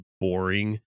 boring